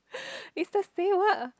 is the